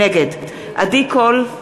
נגד עדי קול,